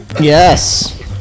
Yes